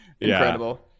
Incredible